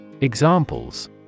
Examples